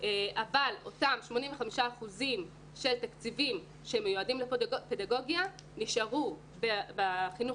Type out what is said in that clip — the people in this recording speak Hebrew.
אבל אותם 85 אחוזים של תקציבים שמיועדים לפדגוגיה נשארו בחינוך